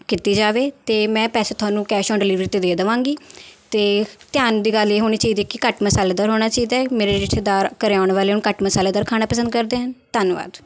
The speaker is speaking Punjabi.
ਕੀਤੀ ਜਾਵੇ ਅਤੇ ਮੈਂ ਪੈਸੇ ਤੁਹਾਨੂੰ ਕੈਸ਼ ਔਨ ਡਿਲੀਵਰੀ 'ਤੇ ਦੇ ਦੇਵਾਂਗੀ ਅਤੇ ਧਿਆਨ ਦੀ ਗੱਲ ਇਹ ਹੋਣੀ ਚਾਹੀਦੀ ਕਿ ਘੱਟ ਮਸਾਲੇਦਾਰ ਹੋਣਾ ਚਾਹੀਦਾ ਹੈ ਮੇਰੇ ਰਿਸ਼ਤੇਦਾਰ ਘਰ ਆਉਣ ਵਾਲਿਆਂ ਨੂੰ ਘੱਟ ਮਸਾਲੇਦਾਰ ਖਾਣਾ ਪਸੰਦ ਕਰਦੇ ਹਨ ਧੰਨਵਾਦ